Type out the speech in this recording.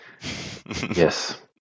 Yes